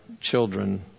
children